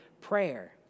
prayer